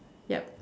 yup